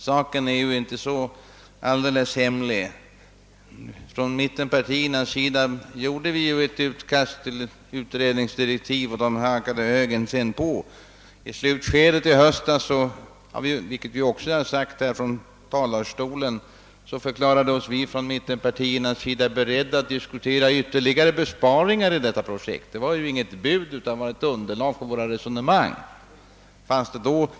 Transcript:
Vad som hände är ju inte någon hemlighet; från mittenpartiernas sida gjordes ett utkast till utredningsdirektiv, och det hakade högern på. I slutskedet i höstas — vilket också sagts här från talarstolen — förklarade vi oss från mittenpartiernas sida beredda att diskutera ytterligare besparingar i detta projekt; det var inget bud, utan det var avsett att vara ett underlag för våra resonemang.